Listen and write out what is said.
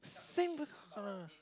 same because